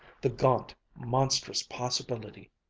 the gaunt, monstrous possibility,